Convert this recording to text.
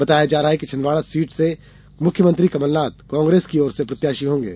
बताया जा रहा है कि छिन्दवाड़ा सीट से मुख्यमंत्री कमलनाथ कांग्रेस की ओर से प्रत्याशी होंगे